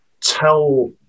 tell